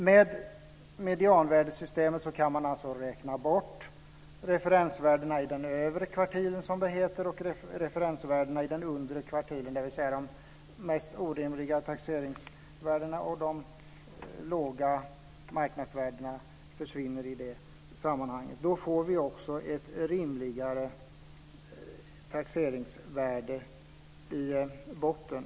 Med medianvärdesystemet går det att räkna bort referensvärdena i den övre och den undre kvartilen, dvs. de mest orimligt höga och de lägsta marknadsvärdena försvinner i det sammanhanget. Då blir det ett rimligare taxeringsvärde i botten.